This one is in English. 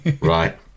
Right